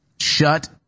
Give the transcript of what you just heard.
Shut